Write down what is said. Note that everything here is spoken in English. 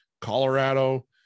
Colorado